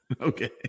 Okay